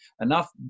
enough